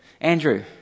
Andrew